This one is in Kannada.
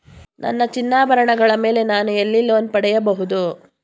ನನ್ನ ಚಿನ್ನಾಭರಣಗಳ ಮೇಲೆ ನಾನು ಎಲ್ಲಿ ಲೋನ್ ಪಡೆಯಬಹುದು?